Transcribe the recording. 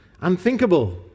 Unthinkable